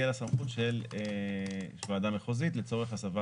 תהיה לה סמכות של ועדה מחוזית לצורך הסבת